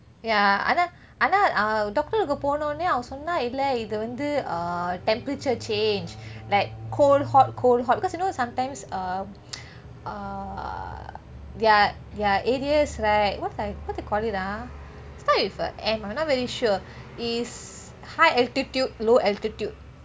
ya ஆனா ஆனா டாக்டர்க்கு போனோநே அவன் சொன்னா இல்லை இது வந்து:aana aana doctorku pononeh aven sonna illai ithu vanthu temperature change like cold hot cold hot because you know sometimes err err their their areas right what ah what they call it ah start with M uh not very sure is high altitude low altitude